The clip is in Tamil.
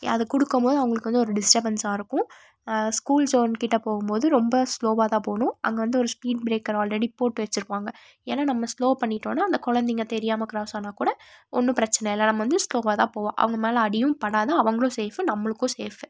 அதை கொடுக்கம் போது அவங்களுக்கு வந்து ஒரு டிஸ்டபன்ஸாக இருக்கும் ஸ்கூல்ஸ் ஸோன்கிட்ட போகும் போது ரொம்ப ஸ்லோவாகதான் போகணும் அங்கே வந்து ஒரு ஸ்பீட் பிரேக்கர் ஆல்ரெடி போட்டு வச்சிருப்பாங்க ஏன்னா நம்ம ஸ்லோ பண்ணிட்டோம்னா அந்த குழந்தைங்க தெரியாமல் கிராஸ் ஆனால் கூட ஒன்றும் பிரச்சனை இல்லை நம்ம வந்து ஸ்லோவாகதான் போவோம் அவங்க மேல அடியும் படாது அவங்களும் சேஃப்பு நம்மளுக்கும் சேஃப்பு